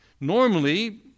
Normally